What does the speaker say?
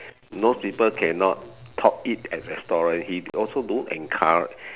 most people cannot eat restaurant eat also don't encourage